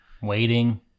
Waiting